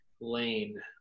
lane